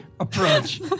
approach